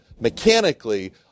mechanically